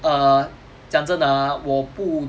err 讲真的 ah 我不